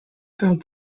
held